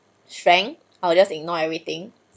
strength I will just ignore everything